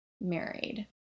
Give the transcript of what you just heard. married